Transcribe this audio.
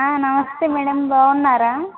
నమస్తే మేడం బాగుంన్నారా